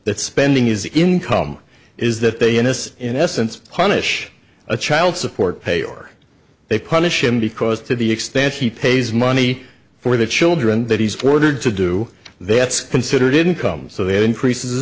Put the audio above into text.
that spending is income is that they ines in essence hunnish a child support pay or they punish him because to the extent he pays money for the children that he's ordered to do that's considered income so that increases